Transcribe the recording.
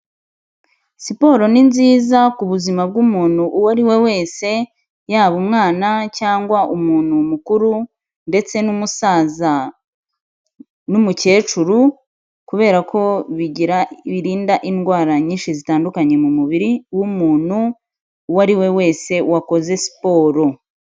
Siporo ni nziza ku buzima bw'umuntu uwo ari we wese, yaba umwana cyangwa umuntu mukuru, ndetse n'umusaza, n'umukecuru, kubera ko bigira birinda indwara nyinshi zitandukanye mu mubiri w'umuntu uwo ari we wese wakoze siporo.